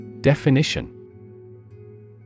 Definition